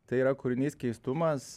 tai yra kūrinys keistumas